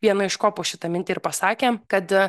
vieną iš kopų šitą mintį ir pasakė kad